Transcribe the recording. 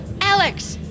Alex